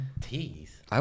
Teeth